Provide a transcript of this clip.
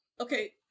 okay